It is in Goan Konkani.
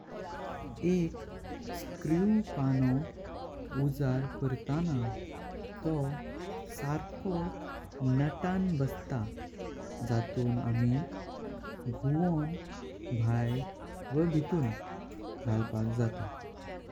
एक स्क्रू पानो उजार करताना तो सारको नातां बसता। जातून आमी घुनों भयर वाह बितून गाळपाक जाता।